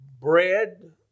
bread